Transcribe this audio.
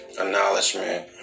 Acknowledgement